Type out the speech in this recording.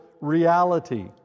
reality